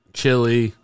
chili